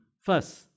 First